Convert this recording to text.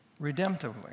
redemptively